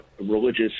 religious